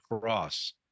cross